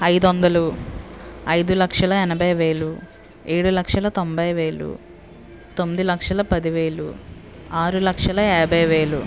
ఐదు వందలు ఐదు లక్షల ఎనభై వేలు ఏడు లక్షల తొంభై వేలు తొమ్మిది లక్షల పది వేలు ఆరు లక్షల యాభై వేలు